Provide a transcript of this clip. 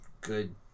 good